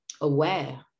aware